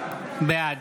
בעד